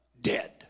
dead